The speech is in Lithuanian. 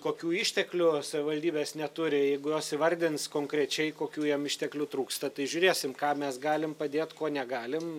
kokių išteklių savivaldybės neturi jeigu jos įvardins konkrečiai kokių jom išteklių trūksta tai žiūrėsim ką mes galim padėt ko negalim